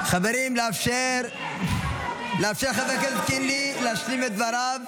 אופיר: למה זה קורה ומי פועל להרוס את הגוף הזה?